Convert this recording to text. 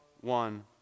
one